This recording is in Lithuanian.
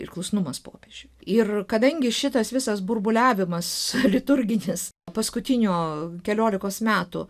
ir klusnumas popiežiui ir kadangi šitas visas burbuliavimas liturginis paskutinių keliolikos metų